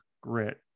grit